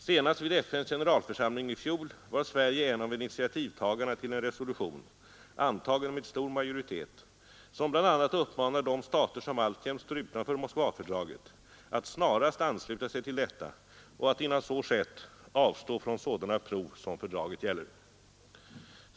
Senast vid FN:s generalförsamling i fjol var Sverige en av initiativtagarna till en resolution — antagen med stor majoritet — som bland annat uppmanar de stater som alltjämt står utanför Moskvafördraget att snarast ansluta sig till detta och att innan så skett avstå från sådana prov som fördraget gäller.